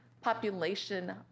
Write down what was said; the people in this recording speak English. population